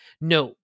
no